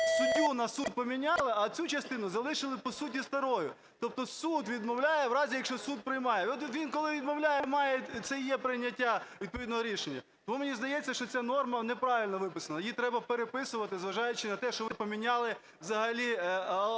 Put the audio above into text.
суддю на суд поміняли, а цю частину залишили по суті старою. Тобто суд відмовляє в разі, якщо суд приймає. Ну, так він, коли відмовляє, має… це і є прийняття відповідного рішення. Мені здається, що ця норма неправильно виписана, її треба переписувати, зважаючи на те, що ви поміняли взагалі